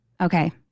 Okay